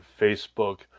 Facebook